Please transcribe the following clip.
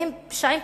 והם פשעים,